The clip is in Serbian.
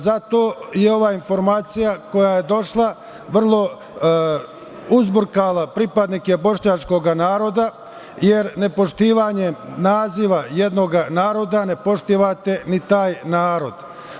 Zato je ova informacija koja je došla vrlo uzburkala pripadnike bošnjačkog naroda, jer nepoštovanjem naziva jednog naroda ne poštujete ni taj narod.